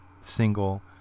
single